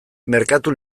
merkatu